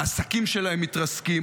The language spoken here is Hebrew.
העסקים שלהם מתרסקים,